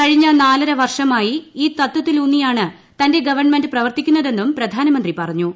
കഴിഞ്ഞ നാല്ര് വർഷമായി ഈ തത്വത്തിലൂന്നിയാണ് തന്റെ ഗവൺമെന്റ് പ്രവർത്തിക്കുന്നതെന്നും പ്രധാനമന്ത്രി പറഞ്ഞു